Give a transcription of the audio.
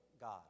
God